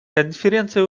конференция